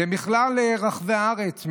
בכלל רחבי הארץ,